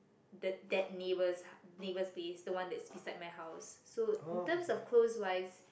that that neighbour neighbour space the one that's beside my house so in terms of close wise